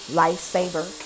lifesaver